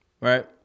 right